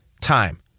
time